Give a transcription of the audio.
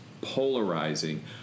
polarizing